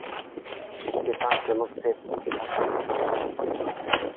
ᱪᱮᱛᱟᱱ ᱪᱟᱱᱟᱪ ᱥᱮᱫ ᱨᱟᱠᱟᱵ ᱠᱟᱛᱮ